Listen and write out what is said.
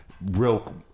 real